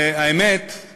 האמת היא